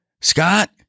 Scott